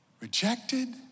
rejected